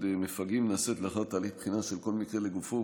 מפגעים נעשית לאחר תהליך בחינה של כל מקרה לגופו,